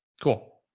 Cool